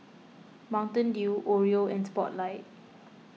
Mountain Dew Oreo and Spotlight